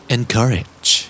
Encourage